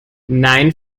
nein